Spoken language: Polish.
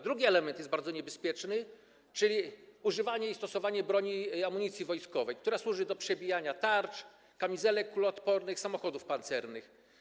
Drugi element jest bardzo niebezpieczny, czyli używanie i stosowanie broni i amunicji wojskowej, która służy do przebijania tarcz, kamizelek kuloodpornych, samochodów pancernych.